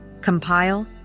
Compile